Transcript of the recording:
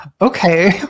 okay